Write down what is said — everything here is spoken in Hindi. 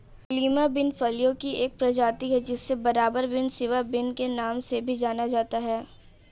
लीमा बिन फलियों की एक प्रजाति है जिसे बटरबीन, सिवा बिन के नाम से भी जाना जाता है